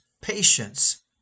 patience